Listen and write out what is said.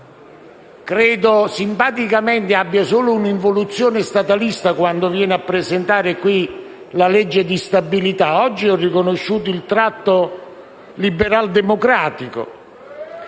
che simpaticamente credo abbia un'involuzione statalista solo quando viene a presentare qui la legge di stabilità, che oggi ho riconosciuto il suo tratto liberaldemocratico.